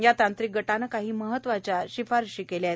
या तांत्रिक गटानं महत्वाच्या शिफारशी केल्या आहेत